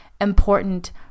important